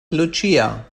lucia